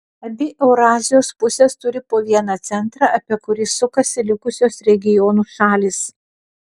abi eurazijos pusės turi po vieną centrą apie kurį sukasi likusios regionų šalys